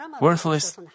worthless